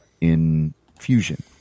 infusion